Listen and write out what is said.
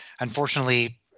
unfortunately